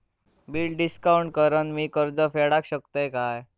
Bill discount करान मी कर्ज फेडा शकताय काय?